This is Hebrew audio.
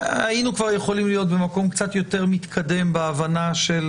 היינו כבר יכולים להיות במקום קצת יותר מתקדם בהבנה של